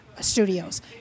Studios